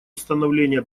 установления